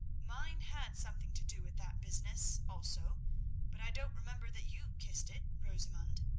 mine had something to do with that business also but i don't remember that you kissed it, rosamund.